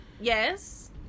yes